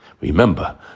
Remember